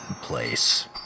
Place